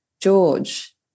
George